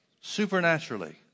supernaturally